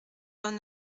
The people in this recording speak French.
vingt